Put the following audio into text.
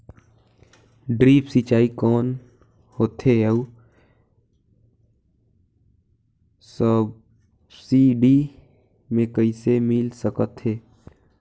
Drip सिंचाई कौन होथे अउ सब्सिडी मे कइसे मिल सकत हे?